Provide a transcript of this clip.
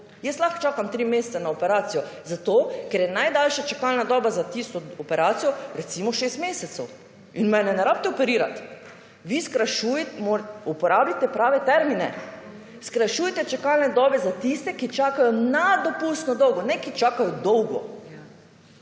Jaz lahko čakam tri mesece na operacijo zato, ker je najdaljša čakalna doba za tisto operacijo recimo šest mesecev in mene ne rabite operirati. Vi skrajšuj…, uporabite prave termine. Skrajšujte čakalne dobe za tiste, ki čakajo nad dopustno dolgo, ne ki čakaj dolgo.